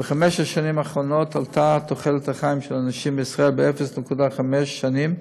בחמש השנים האחרונות עלתה תוחלת החיים של הנשים בישראל ב-0.5 שנים,